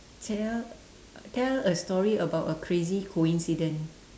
tell tell a story about a crazy coincidence